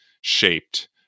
shaped